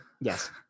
yes